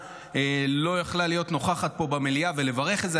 לא יכולה להיות נוכחת פה במליאה ולברך על זה.